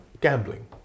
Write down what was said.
gambling